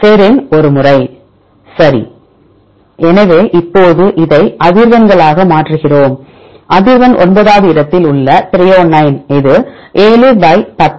serine ஒரு முறை சரி எனவே இப்போது இதை அதிர்வெண்களாக மாற்றுகிறோம் அதிர்வெண் 9 வது இடத்தில் உள்ள த்ரோயோனைன் இது 710 0